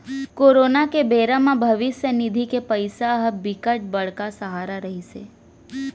corona के बेरा म भविस्य निधि के पइसा ह बिकट बड़का सहारा रहिस हे